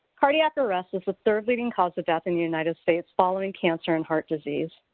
cardiac arrest is the third leading cause of death in the united states following cancer and heart disease.